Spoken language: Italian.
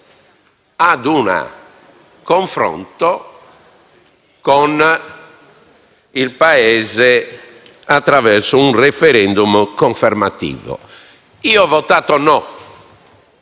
ad un confronto con il Paese attraverso un *referendum* confermativo. Io ho votato no